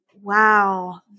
wow